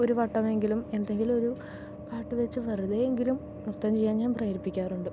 ഒരു വട്ടമെങ്കിലും എന്തെങ്കിലും ഒരു പാട്ട് വച്ച് വെറുതെ എങ്കിലും നൃത്തം ചെയ്യാൻ ഞാൻ പ്രേരിപ്പിക്കാറുണ്ട്